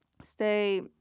stay